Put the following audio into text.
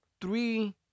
three